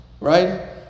Right